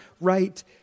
right